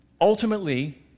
ultimately